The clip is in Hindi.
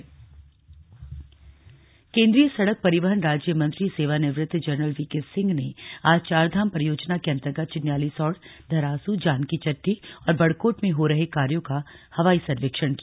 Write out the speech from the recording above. वीके सिंह दौरा केन्द्रीय सड़क परिवहन राज्य मंत्री सेवानिवृत्त जरनल वीके सिंह ने आज चार धाम परियोजना के अन्तर्गत चिन्यालीसौड़ धरासू जानकीचट्टी और बड़कोट में हो रहे कार्यों का हवाई सर्वेक्षण किया